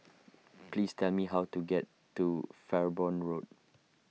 please tell me how to get to Farnborough Road